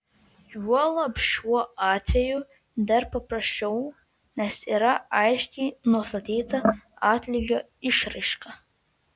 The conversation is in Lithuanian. juolab šiuo atveju dar paprasčiau nes yra aiškiai nustatyta atlygio išraiška